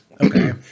Okay